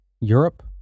Europe